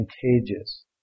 contagious